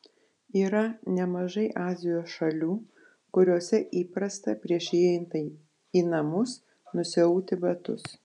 yra nemažai azijos šalių kuriose įprasta prieš įeinant į namus nusiauti batus